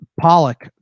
Pollock